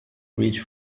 reach